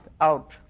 out